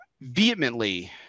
vehemently